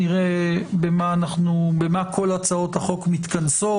נראה במה כל הצעות החוק מתכנסות,